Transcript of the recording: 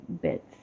bits